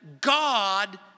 God